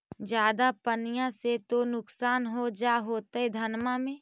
ज्यादा पनिया से तो नुक्सान हो जा होतो धनमा में?